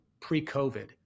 Pre-COVID